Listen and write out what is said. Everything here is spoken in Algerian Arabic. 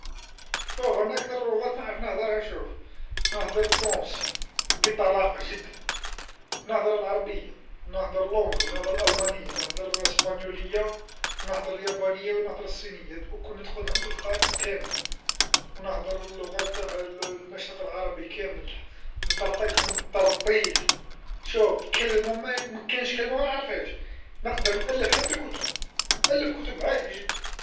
شوف أنا أكثر اللغات نعرف نهدرها شوف، نهدر الفرنسية بطلاقه جدا، نهدر العربيه، نهدر الإنجليزية، نهدر الألمانيه، نهدر سبانيوليه، نهدر اليابانيه ونهدر الصينيه، هذاو الكل نتقنهم إتقان كامل، ونهدر اللغات تاع ال- المشرق العربي كامل، نطرطقهم طرطيق، شوف كلمه ما- ما كانش كلمه منعرفهاش، نقدر نألف حتى كتب، نألف كتب عادي جدا.